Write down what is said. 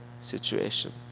situation